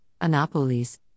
Annapolis